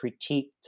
critiqued